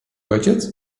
ojciec